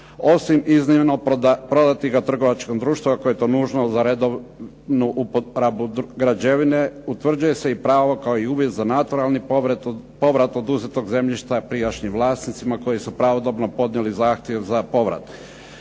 osim iznimno prodati ga trgovačkom društvu ako je to nužno za redovnu uporabu građevine. Utvrđuje se i pravo kao i uvjet za naturalni povrat oduzetog zemljišta prijašnjim vlasnicima koji su pravodobno podnijeli zahtjev za povrat.